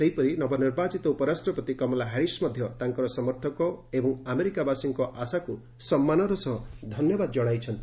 ସେହିପରି ନବନିର୍ବାଚିତ ଉପରାଷ୍ଟ୍ରପତି କମଳା ହାରିଶ୍ ମଧ୍ୟ ତାଙ୍କର ସମର୍ଥକ ଏବଂ ଆମେରିକାବାସୀଙ୍କ ଆଶାକ ସମ୍ମାନର ସହ ଧନ୍ୟବାଦ ଜଣାଇଛନ୍ତି